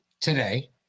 today